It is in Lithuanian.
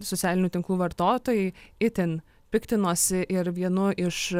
socialinių tinklų vartotojai itin piktinosi ir vienu iš